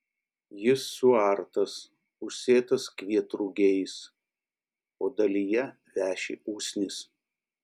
jis suartas užsėtas kvietrugiais o dalyje veši usnys